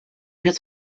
his